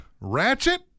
Ratchet